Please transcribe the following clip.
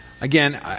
again